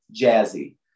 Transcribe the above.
jazzy